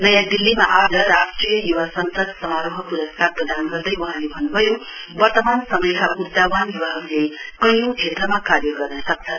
नयाँ दिल्लीमा आज राष्ट्रिय युवा संसद समारोह पुरस्कार प्रदान गर्दै वहाँले भन्नुभयो वर्तमान समयका ऊर्जावान युवाहहरुले कैयौं क्षेत्रमा कार्य गर्न सक्छन